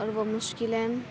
اور وہ مشکلیں